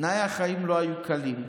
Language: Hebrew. תנאי החיים לא היו קלים: